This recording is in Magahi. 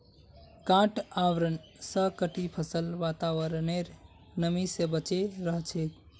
गांठ आवरण स कटी फसल वातावरनेर नमी स बचे रह छेक